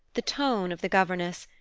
the tone of the governess,